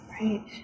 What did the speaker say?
Right